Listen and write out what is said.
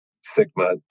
Sigma